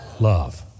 Love